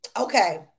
Okay